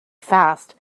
fast